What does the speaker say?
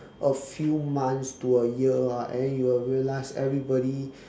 a few months to a year ah and then you will realise everybody